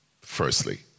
firstly